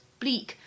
bleak 。